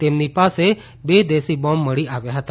તેમની પાસે બે દેસી બોમ પણ મળી આવ્યા હતા